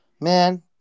Man